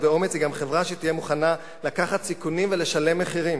באומץ היא גם חברה שתהיה מוכנה לקחת סיכונים ולשלם מחירים.